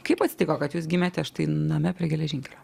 kaip atsitiko kad jūs gimėte štai name prie geležinkelio